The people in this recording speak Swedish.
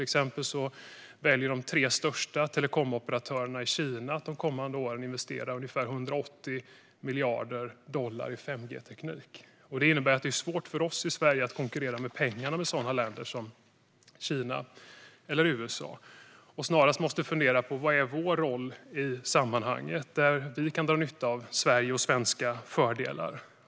Exempelvis väljer de tre största telekomoperatörerna i Kina att de kommande åren investera ungefär 180 miljarder dollar i 5G-teknik. Detta innebär att det är svårt för oss i Sverige att konkurrera med pengar med sådana länder som Kina eller USA. Vi måste snarast fundera på vår roll i sammanhanget och hur vi kan dra nytta av Sverige och svenska fördelar.